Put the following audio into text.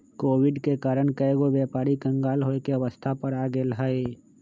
Covid के कारण कएगो व्यापारी क़ँगाल होये के अवस्था पर आ गेल हइ